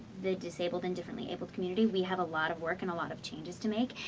the disabled and differently abled community. we have a lot of work, and a lot of changes to make,